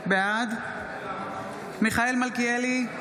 בעד מיכאל מלכיאלי,